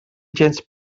gens